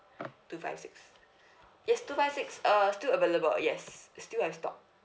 two five six yes two five six uh still available yes still have stock